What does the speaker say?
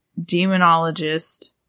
demonologist